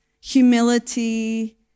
humility